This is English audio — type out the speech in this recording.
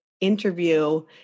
interview